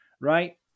right